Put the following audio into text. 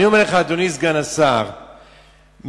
אדוני סגן השר,